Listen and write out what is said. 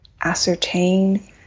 ascertain